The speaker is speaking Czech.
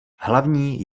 hlavní